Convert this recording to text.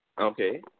Okay